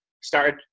start